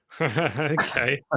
Okay